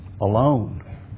alone